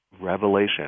revelation